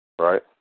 right